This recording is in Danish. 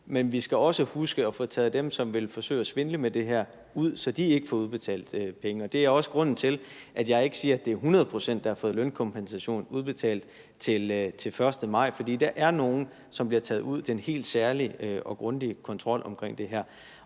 Men vi skal også huske at få taget dem, som vil forsøge at svindle med det her, ud, så de ikke får udbetalt penge. Det er også grunden til, at jeg ikke siger, at det er 100 pct., der har fået lønkompensation udbetalt til 1. maj, for der er nogle, som bliver taget ud til en helt særlig og grundig kontrol i den her